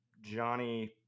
Johnny